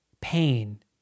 pain